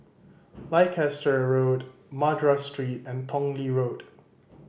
Leicester Road Madras Street and Tong Lee Road